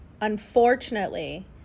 unfortunately